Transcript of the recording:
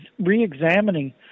re-examining